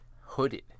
hooded